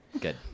good